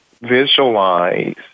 visualize